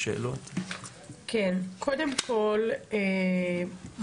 מה למעשה